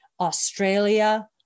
Australia